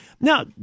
Now